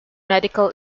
medical